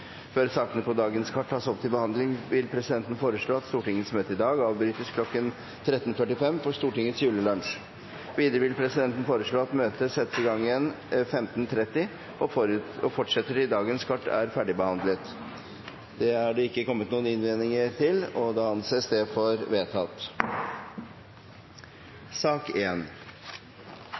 Før sakene på dagens kart tas opp til behandling, vil presidenten foreslå at Stortingets møte i dag avbrytes kl. 13.45 for Stortingets julelunsj. Videre vil presidenten foreslå at møtet settes igjen kl. 15.30 og fortsetter til dagens kart er ferdigbehandlet. – Det anses vedtatt. Etter ønske fra helse- og omsorgskomiteen vil presidenten foreslå at debatten blir begrenset til 1 time og